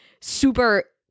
super